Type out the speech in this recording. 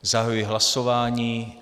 Zahajuji hlasování.